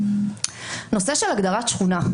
הנושא של הגדרת שכונה.